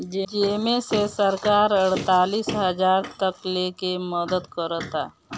जेमे से सरकार अड़तालीस हजार तकले के मदद करता